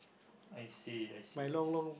I see I see I